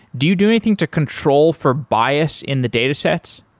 do you do anything to control for bias in the datasets?